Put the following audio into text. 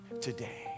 today